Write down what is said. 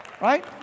right